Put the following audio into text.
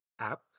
app